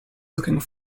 looking